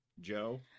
Joe